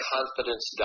Confidence